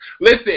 Listen